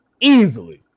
Easily